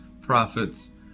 prophets